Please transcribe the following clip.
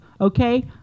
Okay